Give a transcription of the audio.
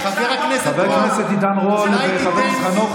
חבר הכנסת דוידסון, מה קרה?